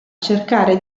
cercare